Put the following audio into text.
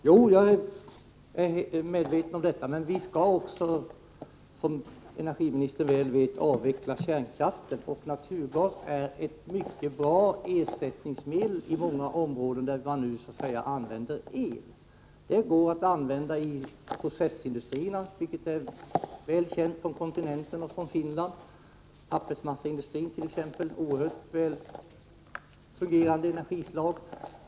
Herr talman! Jag är medveten om detta. Men vi skall också, som energiministern väl vet, avveckla kärnkraften, och naturgas är en mycket bra ersättning på många områden där man nu använder el. Den går att använda i processindustrierna, vilket är väl känt från kontinenten och från Finland. I t.ex. pappersmassaindustrin är den ett väl fungerande energislag.